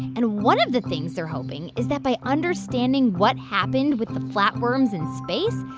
and one of the things they're hoping is that by understanding what happened with the flatworms in space,